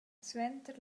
suenter